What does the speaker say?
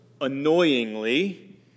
annoyingly